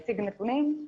הציג נתונים.